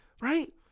right